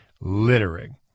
littering